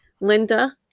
Linda